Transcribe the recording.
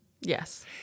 Yes